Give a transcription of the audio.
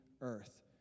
earth